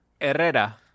Herrera